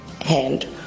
hand